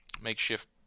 makeshift